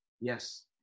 yes